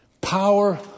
power